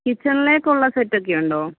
കിച്ചണിലേക്കുള്ള സെറ്റൊക്കെ ഉണ്ടോ